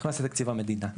נכנס לתקציב המדינה.